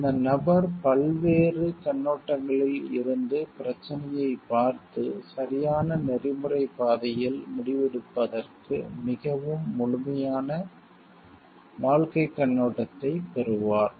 அந்த நபர் பல்வேறு கண்ணோட்டங்களில் இருந்து பிரச்சனையைப் பார்த்து சரியான நெறிமுறை எதிக்ஸ் பாதையில் முடிவெடுப்பதற்கு மிகவும் முழுமையான வாழ்க்கைக் கண்ணோட்டத்தைப் பெறுவார்